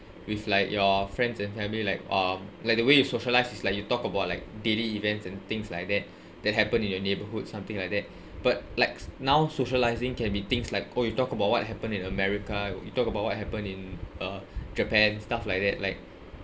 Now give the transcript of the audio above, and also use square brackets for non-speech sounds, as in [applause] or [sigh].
with like your friends and family like um like the way you socialise is like you talk about like daily events and things like that [breath] that happen in your neighbourhood something like that but like now socialising can be things like oh you talk about what happened in america you talk about what happened in uh japan stuff like that like